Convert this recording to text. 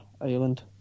Island